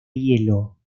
hielo